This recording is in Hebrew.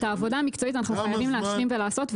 את העבודה המקצועית אנחנו חייבים להשלים ולעשות,